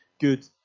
good